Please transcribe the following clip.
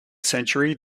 century